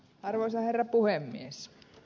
arvoisa herra puhemies